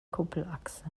kuppelachse